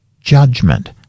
judgment